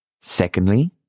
Secondly